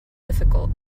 difficult